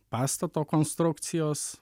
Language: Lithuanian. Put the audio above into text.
pastato konstrukcijos